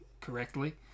correctly